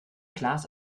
klaas